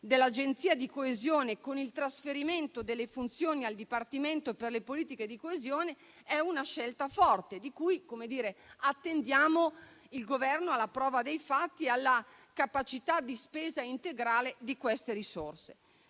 dell'Agenzia di coesione con il trasferimento delle funzioni al Dipartimento per le politiche di coesione è una scelta forte, su cui attendiamo il Governo alla prova dei fatti e alla capacità di spesa integrale di queste risorse.